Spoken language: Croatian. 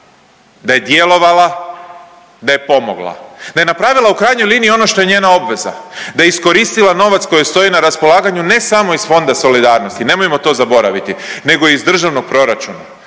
da je djelovala, da je pomogla, da je napravila u krajnjoj liniji ono što je njena obveza, da je iskoristila novac koji joj stoji na raspolaganju ne samo iz Fonda solidarnosti, nemojmo to zaboraviti nego iz državnog proračuna.